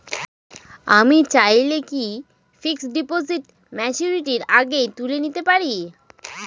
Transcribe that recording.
আমি চাইলে কি ফিক্সড ডিপোজিট ম্যাচুরিটির আগেই তুলে নিতে পারি?